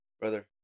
brother